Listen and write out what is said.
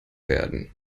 werden